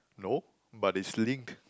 no but it's linked